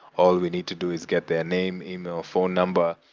all we need to do is get their name, email, phone number,